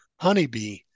honeybee